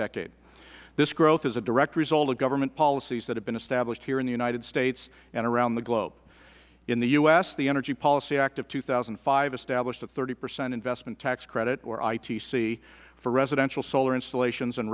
decade this growth is a direct result of governmental policies that have been established here in the united states and around the globe in the u s the energy policy act of two thousand and five established a thirty percent investment tax credit or itc for residential solar installations and